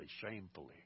shamefully